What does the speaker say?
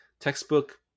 textbook